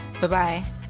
Bye-bye